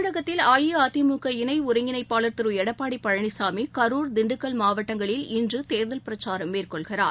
தமிழகத்தில் அஇஅதிமுக இணை ஒருங்கிணைப்பாளர் திரு எடப்பாடி பழனிசாமி கரூர் திண்டுக்கல் மாவட்டங்களில் இன்று தேர்தல் பிரச்சாரம் மேற்கொள்கிறார்